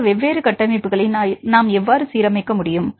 இந்த வெவ்வேறு கட்டமைப்புகளை நாம் எவ்வாறு சீரமைக்க முடியும்